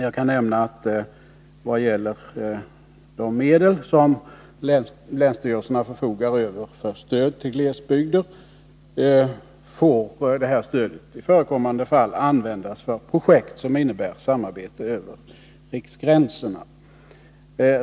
Jag kan nämna att av de medel som länsstyrelserna förfogar över för stöd till glesbygder, får i förekommande fall stöd ges till projekt som innebär samarbete över riksgränserna.